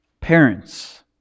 parents